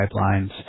pipelines